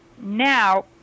now